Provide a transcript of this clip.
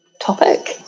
topic